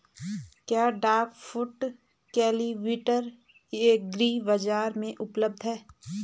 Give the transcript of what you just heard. क्या duck foot cultivator agri बाज़ार में उपलब्ध है?